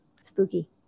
Spooky